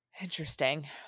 Interesting